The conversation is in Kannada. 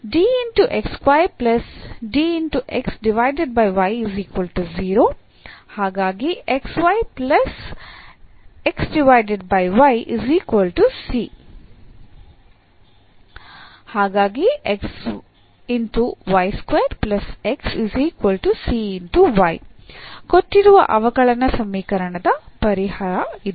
ಕೊಟ್ಟಿರುವ ಅವಕಲನ ಸಮೀಕರಣದ ಪರಿಹಾರ ಇದು